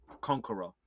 Conqueror